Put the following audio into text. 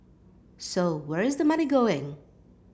so where is the money going